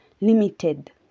limited